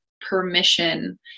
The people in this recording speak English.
permission